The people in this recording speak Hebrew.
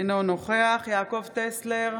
אינו נוכח יעקב טסלר,